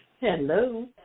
Hello